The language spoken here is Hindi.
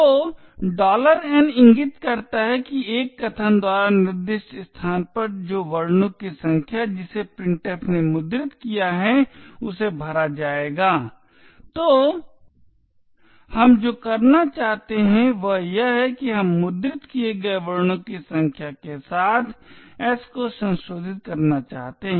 तो n इंगित करता है कि एक कथन द्वारा निर्दिष्ट स्थान पर जो वर्णों की संख्या जिसे printf ने मुद्रित किया है उसे भरा जाएगा तो हम जो करना चाहते हैं वह यह है कि हम मुद्रित किए गए वर्णों की संख्या के साथ s को संशोधित करना चाहते हैं